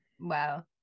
Wow